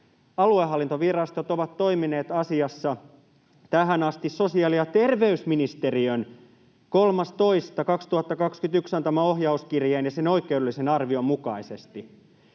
”Aluehallintovirastot ovat toimineet asiassa tähän asti sosiaali‑ ja terveysministeriön 3.2.2021 antaman ohjauskirjeen ja sen oikeudellisen arvioinnin mukaisesti.”